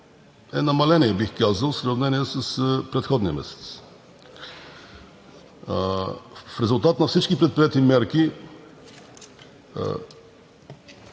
е намаление, бих казал, в сравнение с предходния месец. В резултат на всички предприети мерки